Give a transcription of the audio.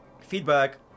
feedback